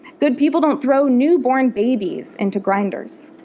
good people don't throw newborn babies into grinders.